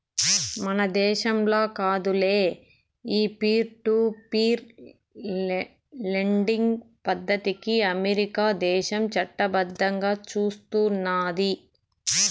మన దేశంల కాదులే, ఈ పీర్ టు పీర్ లెండింగ్ పద్దతికి అమెరికా దేశం చట్టబద్దంగా సూస్తున్నాది